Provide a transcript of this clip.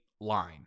line